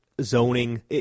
zoning